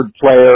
player